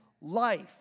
life